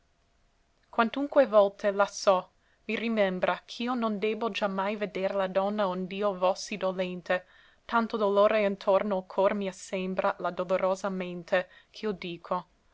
quantunque volte lasso mi rimembra ch'io non debbo giammai veder la donna ond'io vo sì dolente tanto dolore intorno l cor m'assembra la dolorosa mente ch'io dico